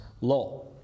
law